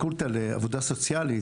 הפקולטה לעבודה סוציאלית.